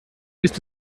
bist